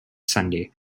sunday